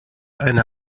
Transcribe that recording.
eine